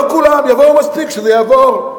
לא כולם, יבואו מספיק שזה יעבור.